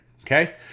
okay